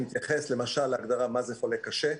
אני מתייחס להגדרה מה זה חולה קשה,